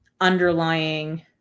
underlying